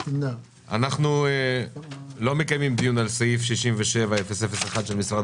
אנחנו לא מקיימים דיון על סעיף 67-001 של משרד